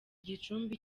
gicumbi